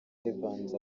evans